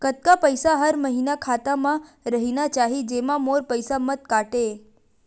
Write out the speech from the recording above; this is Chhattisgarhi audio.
कतका पईसा हर महीना खाता मा रहिना चाही जेमा मोर पईसा मत काटे?